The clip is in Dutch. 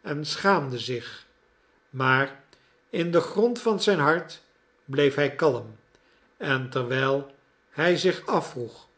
en schaamde zich maar in den grond van zijn hart bleef hij kalm en terwijl hij zich afvroeg